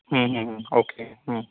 hmm hmm hmm okay hmm